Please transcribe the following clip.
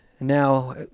Now